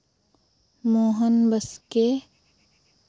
Mohan Baske